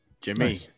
Jimmy